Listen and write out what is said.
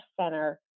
center